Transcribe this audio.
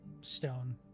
stone